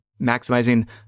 maximizing